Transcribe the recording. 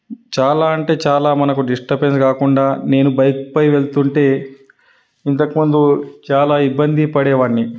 చాలా అంటే చాలా మనకు డిస్టబెన్స్ కాకుండా నేను బైక్ పై వెళ్తుంటే ఇంతకుముందు చాలా ఇబ్బంది పడేవాడిని